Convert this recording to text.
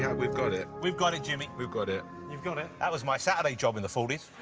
yeah we've got it. we've got it, jimmy. we've got it. you've got it? that was my saturday job in the forty